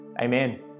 Amen